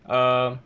err